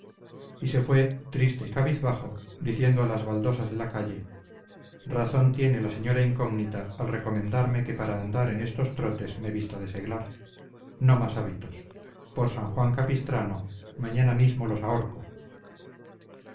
y se fue triste y cabizbajo diciendo a las baldosas de la calle razón tiene la señora incógnita al recomendarme que para andar en estos trotes me vista de seglar no más hábitos por san juan capistrano mañana mismo los ahorco